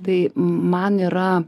tai man yra